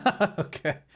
Okay